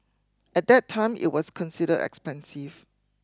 at that time it was considered expensive